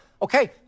Okay